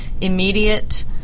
immediate